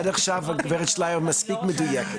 עד עכשיו הגברת תמר שלייר הייתה מספיק מדויקת.